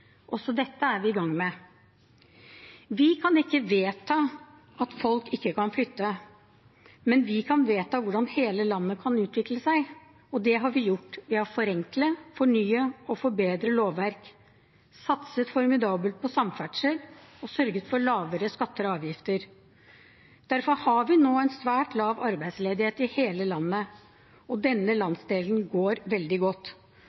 Også dette er vi i gang med. Vi kan ikke vedta at folk ikke kan flytte, men vi kan vedta hvordan hele landet kan utvikle seg, og det har vi gjort ved å forenkle, fornye og forbedre lovverk. Vi har satset formidabelt på samferdsel og sørget for lavere skatter og avgifter. Derfor har vi nå en svært lav arbeidsledighet i hele landet, og denne landsdelen går veldig godt.